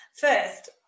First